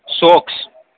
socks